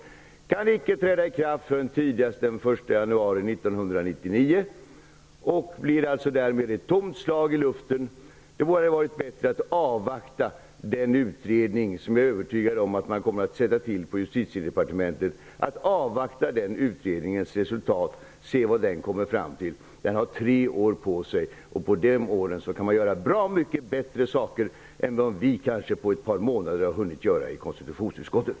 Lagen kan icke träda i kraft förrän tidigast den 1 januari 1999. Det blir därmed ett tomt slag i luften. Det hade varit bättre att avvakta resultatet från den utredning, som jag är övertygad om kommer att tillsättas inom Justitiedepartementet, och se vad den kommer fram till. Den har tre år på sig. På den tiden kan man göra bra mycket bättre saker än vad vi på ett par månader har hunnit göra i konstitutionsutskottet.